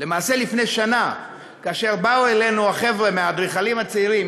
למעשה לפני שנה באו אלינו החבר'ה מהאדריכלים הצעירים,